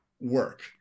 work